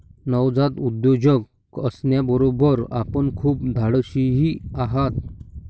नवजात उद्योजक असण्याबरोबर आपण खूप धाडशीही आहात